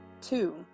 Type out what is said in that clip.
Two